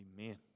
amen